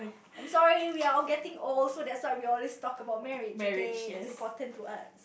I'm sorry we're all getting old so that's why we always talk about marriage okay it's important to us